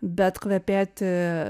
bet kvepėti